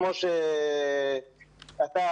כמו שאמרתם,